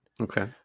Okay